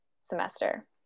Semester